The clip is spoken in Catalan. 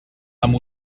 amb